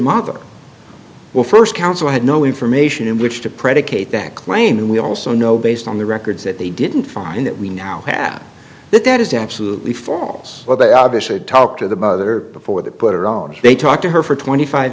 mother well first counsel had no information in which to predicate that claim and we also know based on the records that they didn't find that we now have that that is absolutely false well they obviously had talked to the mother before they put her on they talked to her for twenty five